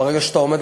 ברגע שאתה עומד,